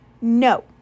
No